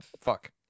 Fuck